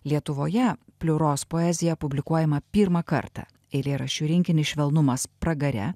lietuvoje pliuros poezija publikuojama pirmą kartą eilėraščių rinkinį švelnumas pragare